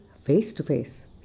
face-to-face